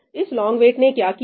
इस long wait ने क्या किया है